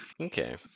okay